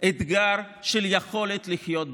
אתגר של יכולת לחיות ביחד.